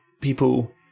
people